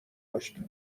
داشتم